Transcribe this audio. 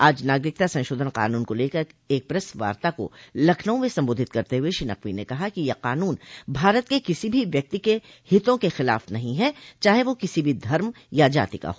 आज नागरिकता संशोधन कानून को लेकर एक प्रेस वार्ता को लखनऊ में संबोधित करते हुए श्री नकवी ने कहा कि यह कानून भारत के किसी भी व्यक्ति के हितों के खिलाफ नहीं है चाहे वह किसी भी धर्म या जाति का हो